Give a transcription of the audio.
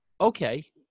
okay